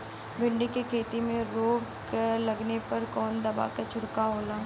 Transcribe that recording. भिंडी की खेती में रोग लगने पर कौन दवा के छिड़काव खेला?